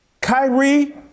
Kyrie